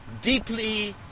deeply